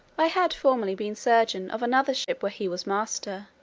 i had formerly been surgeon of another ship where he was master,